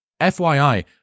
FYI